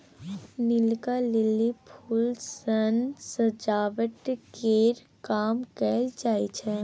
नीलका lily फुल सँ सजावट केर काम कएल जाई छै